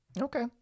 Okay